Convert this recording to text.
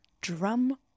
drum